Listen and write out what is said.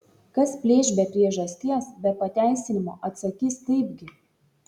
kas plėš be priežasties be pateisinimo atsakys taipgi